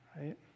right